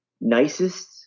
nicest